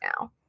now